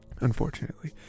unfortunately